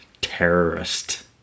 terrorist